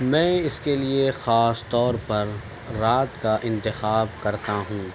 میں اس کے لیے خاص طور پر رات کا انتخاب کرتا ہوں